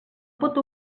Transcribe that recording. pot